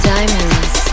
Diamonds